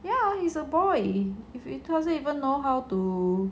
ya he's a boy if it doesn't even know how to